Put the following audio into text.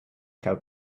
cal